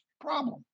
problem